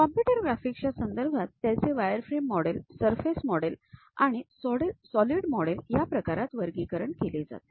computer ग्राफिक्सच्या संदर्भात त्यांचे वायरफ्रेम मॉडेल सरफेस मॉडेल आणि सॉलिड मॉडेल या प्रकारांत वर्गीकरण केले जातील